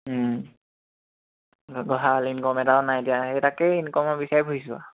ভাল ইনকম এটাও নাই এতিয়া সেই তাকেই ইনকমৰ বিচাৰি ফুৰিছোঁ আৰু